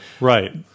right